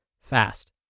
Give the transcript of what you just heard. fast